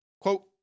Quote